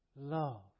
Love